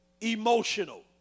emotional